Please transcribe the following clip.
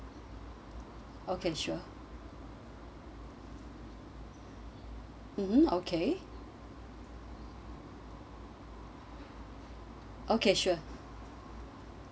okay sure mmhmm okay okay sure